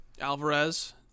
Alvarez